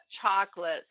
chocolate